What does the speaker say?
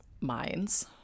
minds